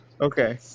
Okay